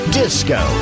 disco